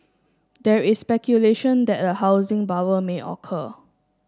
there is speculation that a housing bubble may occur